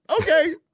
okay